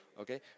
Okay